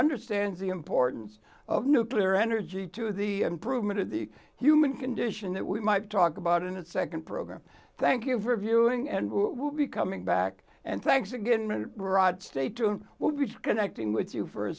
understands the importance of nuclear energy to the improvement of the human condition that we might talk about in a nd program thank you for viewing and becoming back and thanks again rod stay tune we'll be connecting with you for a